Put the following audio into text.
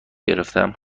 گرفتم